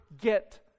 get